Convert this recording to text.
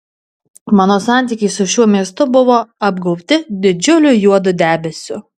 mano santykiai su šiuo miestu buvo apgaubti didžiuliu juodu debesiu